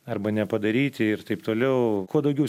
arba nepadaryti ir taip toliau kuo daugiau